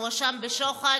המואשם בשוחד,